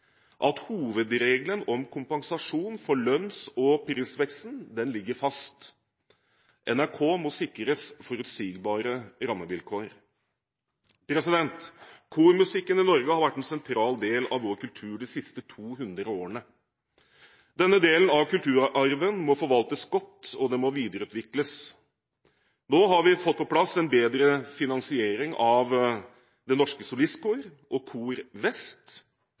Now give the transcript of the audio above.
at hovedregelen om kompensasjon for lønns- og prisveksten ligger fast. NRK må sikres forutsigbare rammevilkår. Kormusikken har vært en sentral del av Norges kultur de siste 200 årene. Denne delen av kulturarven må forvaltes godt, og den må videreutvikles. Nå har vi fått på plass en bedre finansiering av Det Norske Solistkor og KorVest. Vi skal også få på plass en helhetlig strategi for utvikling av kor